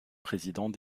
président